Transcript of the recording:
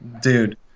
dude